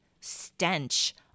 stench